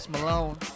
Malone